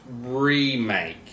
remake